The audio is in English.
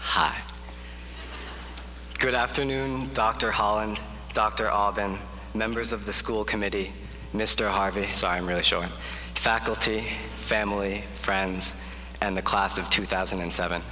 hi good afternoon dr holland dr all the members of the school committee mr harvey so i'm really showing faculty family friends and the class of two thousand and seven